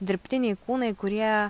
dirbtiniai kūnai kurie